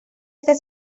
este